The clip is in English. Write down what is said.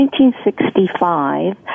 1965